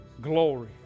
Glory